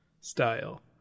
style